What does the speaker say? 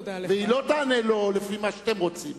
היא לא תענה לו לפי מה שאתם רוצים